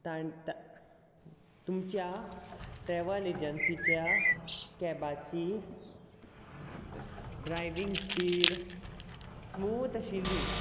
त्या तुमच्या ट्रॅवल एजंसिच्या कॅबाची ड्रायविंग स्पिड स्मूद आशिल्ली